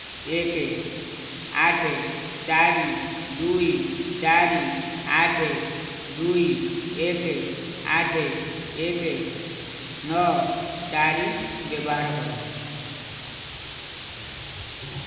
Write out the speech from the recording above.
ଏକ ଆଠ ଚାରି ଦୁଇ ଚାରି ଆଠ ଦୁଇ ଏକ ଆଠ ଏକ ନଅ ଚାରି ବ୍ୟବହାର କର